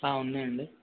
ఉన్నాయండి